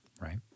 right